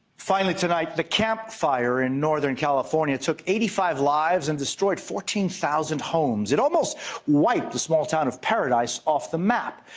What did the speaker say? finally tonight, the camp fire in northern california took eighty five lives and destroyed fourteen thousand homes, it almost wiped the town of paradise off the map.